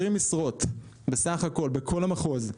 20 משרות בסך הכול, בכל המחוז.